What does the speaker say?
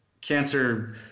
cancer